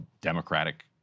democratic